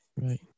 right